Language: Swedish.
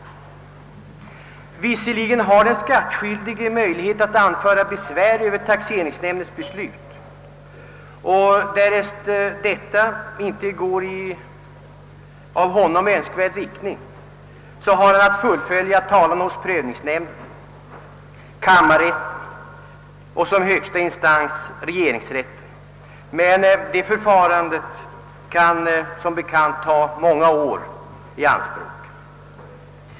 Visserligen har den skattskyldige möjlighet att anföra besvär över taxeringsnämndens beslut, och därest detta icke leder till av honom önskat resultat, kan han fullfölja talan hos prövningsnämnd, kammarrätten och såsom högsta instans regeringsrätten. Men detta förfarande kan som bekant ta många år i anspråk.